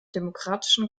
demokratischen